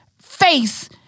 Face